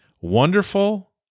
wonderful